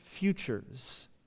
futures